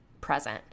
present